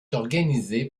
organisée